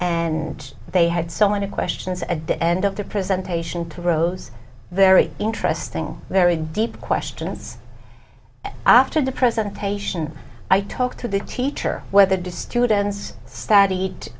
and they had so many questions at the end of their presentation two rows very interesting very deep questions after the presentation i talked to the teacher whether to students st